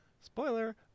Spoiler